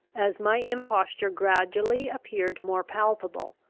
as my imposture gradually appeared more palpable,